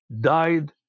died